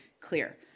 clear